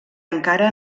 encara